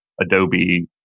Adobe